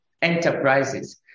enterprises